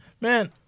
Man